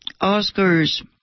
Oscar's